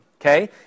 Okay